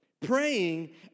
Praying